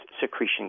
secretion